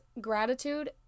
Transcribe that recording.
gratitude